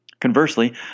Conversely